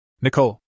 Nicole